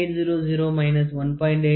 800 G3 54